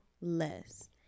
less